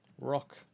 Rock